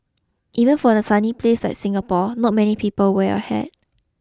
even for a sunny place like Singapore not many people wear a hat